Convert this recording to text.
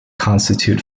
constitute